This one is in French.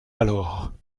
alors